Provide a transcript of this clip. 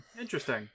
Interesting